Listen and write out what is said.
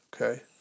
Okay